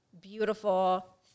beautiful